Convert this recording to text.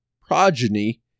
progeny